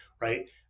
Right